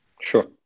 Sure